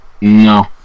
No